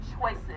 choices